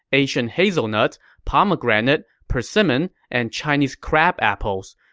asian hazelnuts, pomegranate, persimmon, and chinese crabapples.